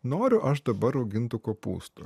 noriu aš dabar raugintų kopūstų